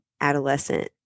adolescent